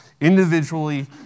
individually